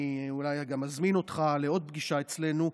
אני אולי גם אזמין אותך לעוד פגישה אצלנו,